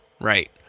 Right